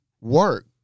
work